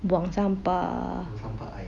buang sampah